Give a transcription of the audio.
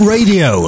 Radio